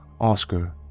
Oscar